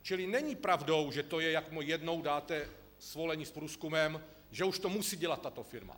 Čili není pravdou, že to je, jak jednou dáte svolení s průzkumem, že už to musí dělat tato firma.